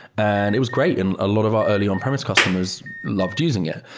and it was great. and a lot of our early on-premise customers loved using it.